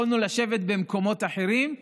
יכולנו לשבת במקומות אחרים,